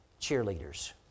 cheerleaders